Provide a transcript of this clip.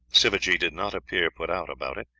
sivajee did not appear put out about it.